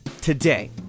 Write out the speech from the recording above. today